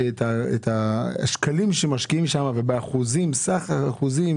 את השקלים שמשקיעים שם וסך האחוזים